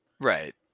Right